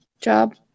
job